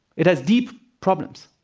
it has deep problems.